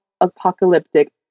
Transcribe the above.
apocalyptic